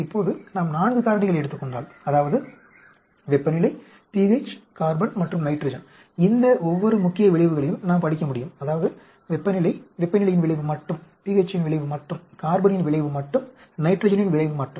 இப்போது நாம் 4 காரணிகளை எடுத்துக் கொண்டால் அதாவது வெப்பநிலை pH கார்பன் மற்றும் நைட்ரஜன் இந்த ஒவ்வொரு முக்கிய விளைவுகளையும் நாம் படிக்க முடியும் அதாவது வெப்பநிலை வெப்பநிலையின் விளைவு மட்டும் pH இன் விளைவு மட்டும் கார்பனின் விளைவு மட்டும் நைட்ரஜனின் விளைவு மட்டும்